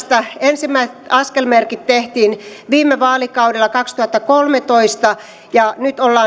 ensimmäiset askelmerkit tästä tehtiin viime vaalikaudella kaksituhattakolmetoista ja nyt ollaan etenemässä siihen suuntaan että meillä on